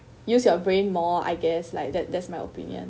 use your brain more I guess like that that's my opinion